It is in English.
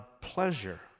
pleasure